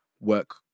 work